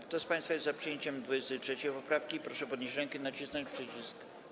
Kto z państwa jest za przyjęciem 23. poprawki, proszę podnieść rękę i nacisnąć przycisk.